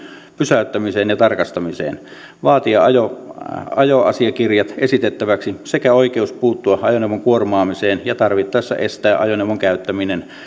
pysäyttämiseen ja tarkastamiseen sekä vaatia ajoasiakirjat esitettäväksi sekä oikeus puuttua ajoneuvon kuormaamiseen ja tarvittaessa estää ajoneuvon käyttäminen